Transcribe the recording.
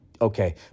Okay